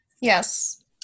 Yes